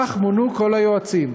כך מונו כל היועצים